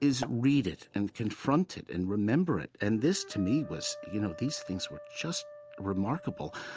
is read it and confront it and remember it. and this, to me, was, you know, these things were just remarkable.